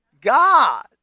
God